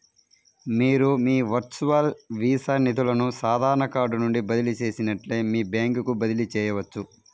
మీరు మీ virtual Visa నిధులను సాధారణ కార్డ్ నుండి బదిలీ చేసినట్లే మీ బ్యాంకుకు బదిలీ చేయవచ్చు